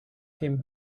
him